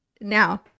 now